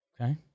Okay